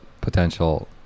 potential